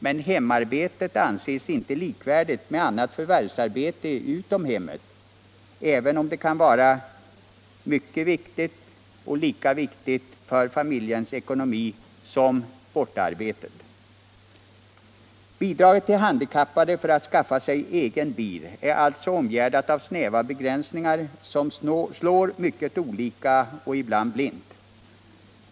Men hemarbetet anses inte likvärdigt med annat förvärvsarbete utom hemmet, även om det kan vara lika viktigt för familjens ekonomi som bortaarbetet. Bidraget till handikappade för att skaffa sig egen bil är alltså omgärdat av snäva begränsningar som slår mycket olika och ibland blint.